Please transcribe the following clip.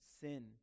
sin